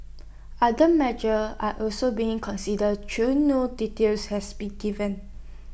other measures are also being considered though no details has been given